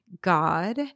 God